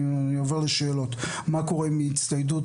אני עובר לשאלות מה קורה עם הצטיידות